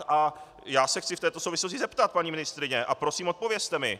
A já se chci v této souvislosti zeptat, paní ministryně, a prosím odpovězte mi.